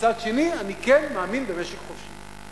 ומצד שני אני כן מאמין במשק חופשי.